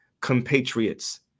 compatriots